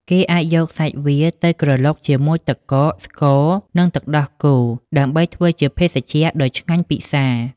គេអាចយកសាច់វាទៅក្រឡុកជាមួយទឹកកក ស្ករ និងទឹកដោះគោដើម្បីធ្វើជាភេសជ្ជៈដ៏ឆ្ងាញ់ពិសា។